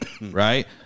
right